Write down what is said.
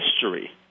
history